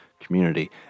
community